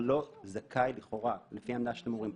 זה יפעל בהתאם למה שאתם רוצים,